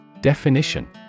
Definition